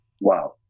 wow